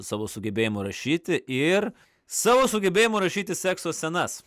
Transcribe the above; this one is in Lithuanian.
savo sugebėjimu rašyti ir savo sugebėjimu rašyti sekso scenas